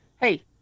Hey